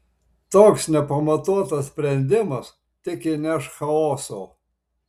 toks nepamatuotas sprendimas tik įneš chaoso